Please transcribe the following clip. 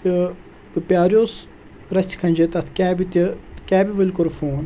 تہٕ بہٕ پیاریوس رَژھِ کھنٛجہِ تَتھ کٮ۪بہِ تہِ کٮ۪بہِ وٲلۍ کوٚر فون